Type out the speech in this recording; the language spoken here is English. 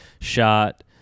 shot